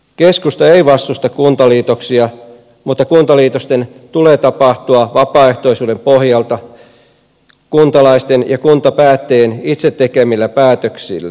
keskusta ei vastusta kuntaliitoksia mutta kuntaliitosten tulee tapahtua vapaaehtoisuuden pohjalta kuntalaisten ja kuntapäättäjien itse tekemillä päätöksillä